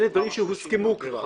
אלה דברים שהוסכמו כבר,